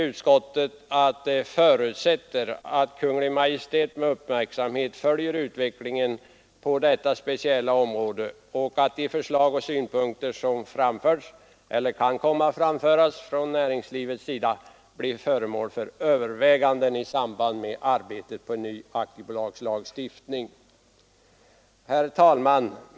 Utskottet förutsätter emellertid att Kungl. Maj:t med uppmärksamhet följer utvecklingen på detta speciella område samt att de förslag och synpunkter som framförts eller kan komma att framföras av näringslivet blir föremål för överväganden i samband med arbetet på en ny aktiebolagslagstiftning. Herr talman!